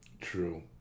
True